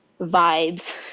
vibes